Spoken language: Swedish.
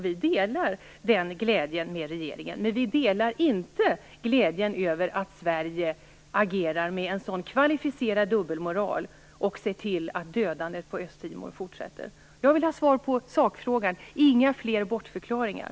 Vi delar den glädjen med regeringen. Men vi delar inte glädjen över att Sverige agerar med en sådan kvalificerad dubbelmoral och ser till att dödandet på Östtimor fortsätter. Jag vill ha svar på sakfrågan, inga fler bortförklaringar.